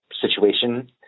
situation